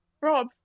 Rob